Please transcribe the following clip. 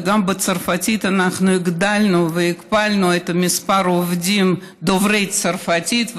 וגם בצרפתית אנחנו הגדלנו והכפלנו את מספר העובדים דוברי הצרפתית,